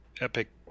epic